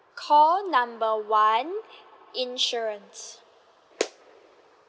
call number one insurance